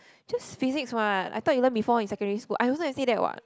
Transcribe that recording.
just Physics what I thought you learn before in secondary school I also never say that what